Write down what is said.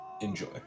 Enjoy